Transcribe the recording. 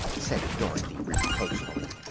said dorothy, reproachfully,